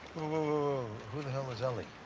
whoa, who the hell is eli?